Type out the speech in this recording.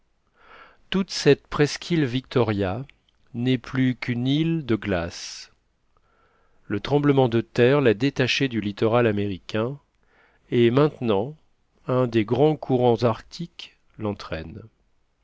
toute cette presqu'île victoria n'est plus qu'une île de glace le tremblement de terre l'a détachée du littoral américain et maintenant un des grands courants arctiques l'entraîne